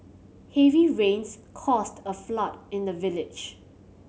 heavy rains caused a flood in the village